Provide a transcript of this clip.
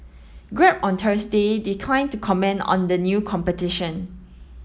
grab on Thursday declined to comment on the new competition